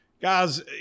Guys